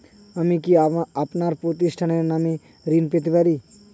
আমি কি আমার প্রতিষ্ঠানের নামে ঋণ পেতে পারি?